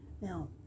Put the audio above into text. Now